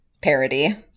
parody